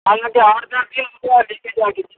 حالانکہ آٹھ دس دن ہو گیا لے کے گئے